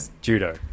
judo